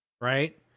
right